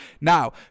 Now